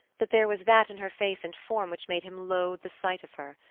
that there was that in her face and form which made him loathe the sight of her.